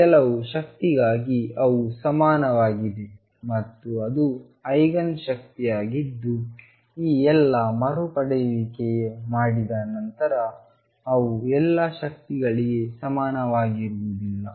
ಆದ್ದರಿಂದ ಕೆಲವು ಶಕ್ತಿಗಾಗಿ ಅವು ಸಮಾನವಾಗಿವೆ ಮತ್ತು ಅದು ಐಗನ್ ಶಕ್ತಿಯಾಗಿದ್ದು ಈ ಎಲ್ಲಾ ಮರುಪಡೆಯುವಿಕೆ ಮಾಡಿದ ನಂತರ ಅವು ಎಲ್ಲಾ ಶಕ್ತಿಗಳಿಗೆ ಸಮಾನವಾಗಿರುವುದಿಲ್ಲ